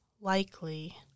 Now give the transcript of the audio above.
likely